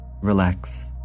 relax